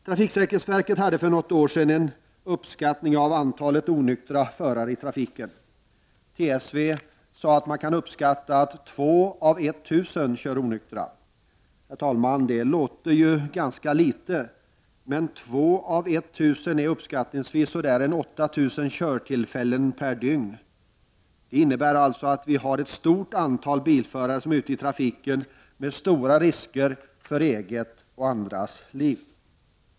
Trafiksäkerhetsverket gjorde för något år sedan en uppskattning av antalet onyktra förare i trafiken. TSV uppskattade det till 2 av 1 000 förare. Herr talman! Det låter ganska litet, men 2 av 1 000 är uppskattningsvis 8 000 körtillfällen per dygn. Det innebär alltså att vi har ett stort antal bilförare som är ute i trafiken med stora risker för eget och andras liv.